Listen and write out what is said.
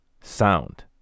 sound